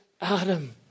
Adam